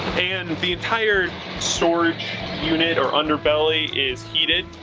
and the entire storage unit or underbelly is heated,